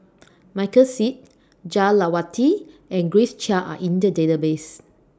Michael Seet Jah Lelawati and Grace Chia Are in The Database